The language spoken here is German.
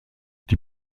die